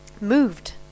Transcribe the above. moved